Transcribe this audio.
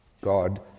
God